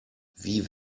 wie